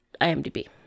IMDb